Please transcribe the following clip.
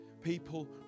people